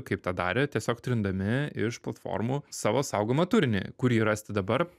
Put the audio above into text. kaip tą darė tiesiog trindami iš platformų savo saugomą turinį kur jį rasti dabar